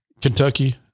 Kentucky